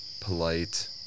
polite